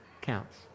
counts